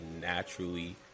Naturally